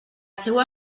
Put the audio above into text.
seua